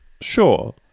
sure